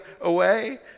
away